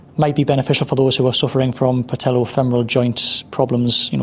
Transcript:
might be beneficial for those who are suffering from patellofemoral joints problems, you know